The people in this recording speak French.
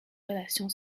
relation